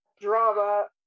drama